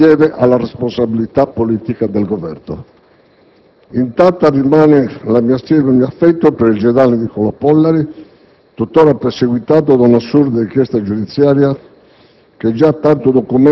Altro appartiene alla responsabilità politica del Governo. Intatta rimane la mia stima e il mio affetto per il generale Nicolò Pollari, tuttora perseguitato da un'assurda inchiesta giudiziaria